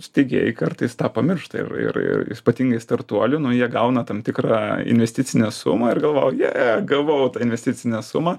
steigėjai kartais tą pamiršta ir ir ir ypatingai startuolių nu jie gauna tam tikrą investicinę sumą ir galvoja je gavau tą investicinę sumą